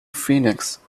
phoenix